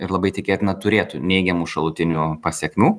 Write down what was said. ir labai tikėtina turėtų neigiamų šalutinių pasekmių